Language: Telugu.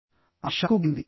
ఆమె షాక్కు గురైంది